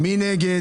מי נגד?